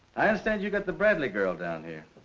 i understand you got the bradley girl down here.